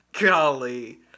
golly